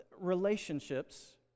Relationships